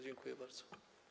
Dziękuję bardzo.